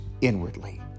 inwardly